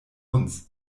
uns